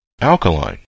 alkaline